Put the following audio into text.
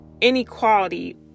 inequality